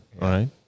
right